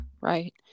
right